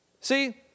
See